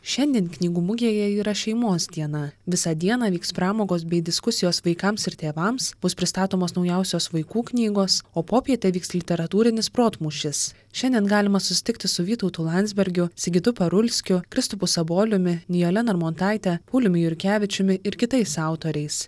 šiandien knygų mugėje yra šeimos diena visą dieną vyks pramogos bei diskusijos vaikams ir tėvams bus pristatomos naujausios vaikų knygos o popietę vyks literatūrinis protmūšis šiandien galima susitikti su vytautu landsbergiu sigitu parulskiu kristupu saboliumi nijole narmontaite pauliumi jurkevičiumi ir kitais autoriais